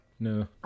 No